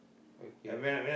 okay